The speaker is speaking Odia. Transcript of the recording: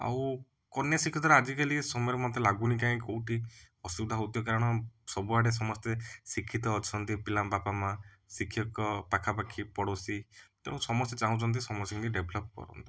ଆଉ କନ୍ୟାଶିକ୍ଷା ଦ୍ୱାରା ଆଜିକାଲି ସମୟରେ ମୋତେ ଲାଗୁନି କାହିଁ କେଉଁଠି ଅସୁବିଧା ହଉଥିବା କାରଣ ସବୁଆଡ଼େ ସମସ୍ତେ ଶିକ୍ଷିତ ଅଛନ୍ତି ପିଲାଙ୍କ ବାପାମାଆ ଶିକ୍ଷକ ପାଖାପାଖି ପଡ଼ୋଶୀ ତେଣୁ ସମସ୍ତେ ଚାହୁଁଛନ୍ତି ସମସ୍ତେ କେମିତି ଡେଭଲପ୍ କରନ୍ତୁ